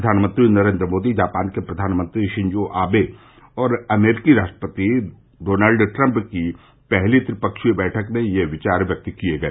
प्रधानमंत्री नरेंद्र मोदी जापान के फ्र्वानमंत्री शिंजो आबे और अमरीकी राष्ट्रपति डोनल्ड ट्रंप की पहली त्रिपक्षीय बैठक में ये विचार व्यक्त किए गए